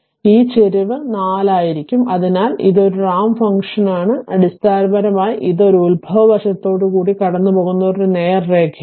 ഇത് ചരിവ് 4 ആയിരിക്കും അതിനാൽ ഇത് ഒരു റാമ്പ് ഫംഗ്ഷനാണ് അടിസ്ഥാനപരമായി ഇത് ഉത്ഭവ വലതുവശത്തുകൂടി കടന്നുപോകുന്ന ഒരു നേർരേഖയാണ്